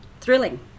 Thrilling